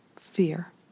fear